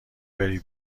بری